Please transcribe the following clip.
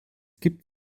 gibt